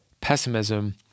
pessimism